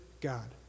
God